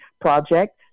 Project